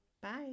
Bye